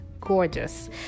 gorgeous